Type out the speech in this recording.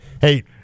Hey